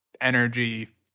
energy